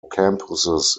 campuses